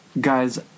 guys